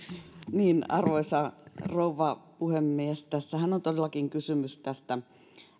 arvoisa rouva puhemies tässähän on todellakin kysymys